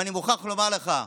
ואני מוכרח לומר לך,